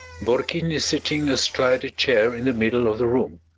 borkin is sitting astride a chair in the middle of the room.